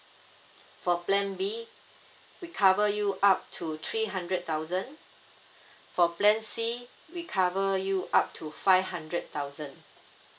for plan B we cover you up to three hundred thousand for plan C we cover you up to five hundred thousand